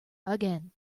again